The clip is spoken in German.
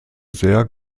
sehr